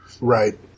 Right